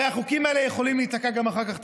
הרי החוקים האלה יכולים להיתקע גם אחר כך,